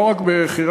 לא רק בחירן.